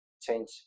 change